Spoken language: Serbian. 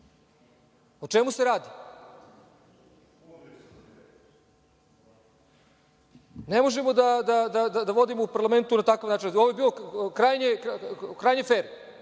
O čemu se radi? Ne možemo da vodimo raspravu u parlamentu na takav način. Ovo je bilo krajnje fer.